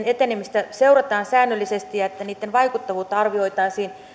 etenemistä seurataan säännöllisesti ja niiden vaikuttavuutta arvioitaisiin